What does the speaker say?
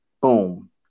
boom